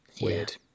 Weird